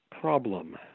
problem